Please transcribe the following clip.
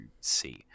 see